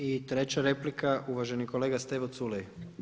I treća replika, uvaženi kolega Stevo Culej.